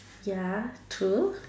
ya true